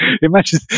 imagine